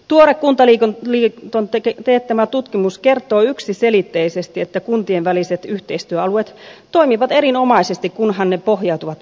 tuore kuntaliiton teettämä tutkimus kertoo yksiselitteisesti että kuntien väliset yhteistyöalueet toimivat erinomaisesti kunhan ne pohjautuvat vapaaehtoisuuteen